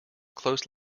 closed